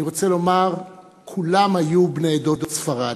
אני רוצה לומר, כולם היו בני עדות ספרד,